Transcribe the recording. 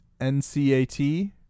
NCAT